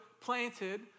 planted